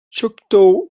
choctaw